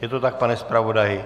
Je to tak, pane zpravodaji?